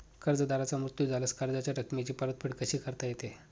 कर्जदाराचा मृत्यू झाल्यास कर्जाच्या रकमेची परतफेड कशी करता येते?